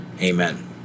Amen